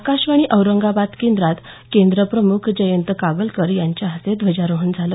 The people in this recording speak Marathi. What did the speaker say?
आकाशवाणी औरंगाबाद केंद्रात केंद्रप्रमुख जयंत कागलकर यांच्या हस्ते ध्वजाररोहण झालं